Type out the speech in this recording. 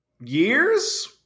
Years